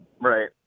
Right